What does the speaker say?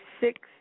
six